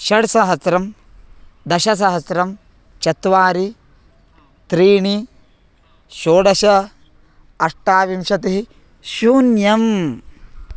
षड्सहस्रं दशसहस्रं चत्वारि त्रीणि षोडश अष्टाविंशतिः शून्यम्